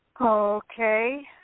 Okay